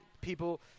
people